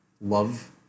love